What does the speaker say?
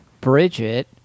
Bridget